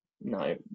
No